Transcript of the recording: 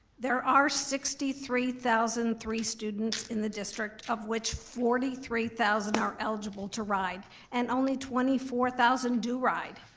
there are sixty three thousand and three students in the district of which forty three thousand are eligible to ride and only twenty four thousand do ride.